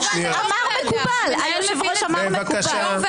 אולי פינדרוס יחזור על זה.